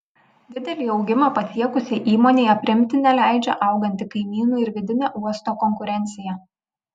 didelį augimą pasiekusiai įmonei aprimti neleidžia auganti kaimynų ir vidinė uosto konkurencija